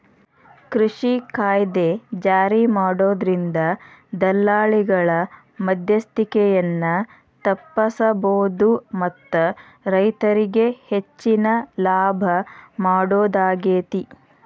ಕೃಷಿ ಕಾಯ್ದೆ ಜಾರಿಮಾಡೋದ್ರಿಂದ ದಲ್ಲಾಳಿಗಳ ಮದ್ಯಸ್ತಿಕೆಯನ್ನ ತಪ್ಪಸಬೋದು ಮತ್ತ ರೈತರಿಗೆ ಹೆಚ್ಚಿನ ಲಾಭ ಮಾಡೋದಾಗೇತಿ